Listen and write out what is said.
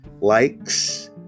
likes